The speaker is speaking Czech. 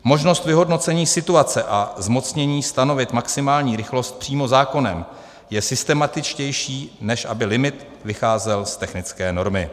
Možnost vyhodnocení situace a zmocnění stanovit maximální rychlost přímo zákonem je systematičtější, než aby limit vycházel z technické normy.